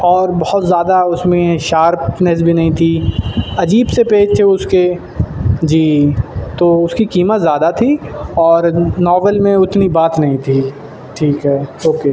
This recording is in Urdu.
اور بہت زیادہ اس میں شارپنیس بھی نہیں تھی عجیب سے پیج تھے اس کے جی تو اس کی قیمت زیادہ تھی اور ناول میں اتنی بات نہیں تھی ٹھیک ہے اوکے